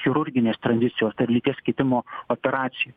chirurginės tradicijos tai yra lyties keitimo operaciją